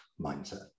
mindset